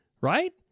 right